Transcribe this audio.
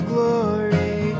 Glory